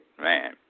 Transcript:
man